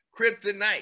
kryptonite